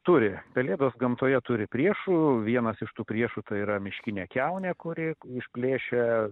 turi pelėdos gamtoje turi priešų vienas iš tų priešų tai yra miškinė kiaunė kuri išplėšia